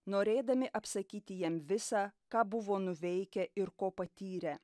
norėdami apsakyti jam visa ką buvo nuveikę ir ko patyrę